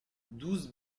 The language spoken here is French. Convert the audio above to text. douze